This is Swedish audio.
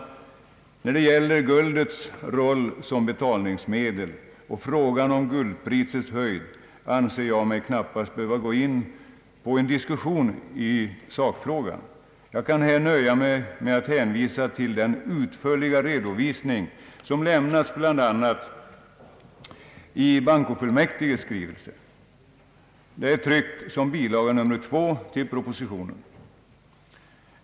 När det gäller guldets roll som betalningsmedel och frågan om guldprisets höjd anser jag mig knappast behöva gå in på en diskussion i sakfrågan. Jag kan här nöja mig med att hänvisa till den utförliga redovisning som lämnats bl.a. i bankofullmäktiges skrivelse, vilken är tryckt som bilaga nr 2 till propositionen.